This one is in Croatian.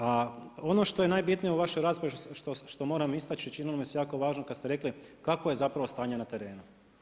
A ono što je najbitnije u vašoj raspravi, što moram istaći, činilo mi se jako važno kad ste rekli kako je zapravo stanje na terenu.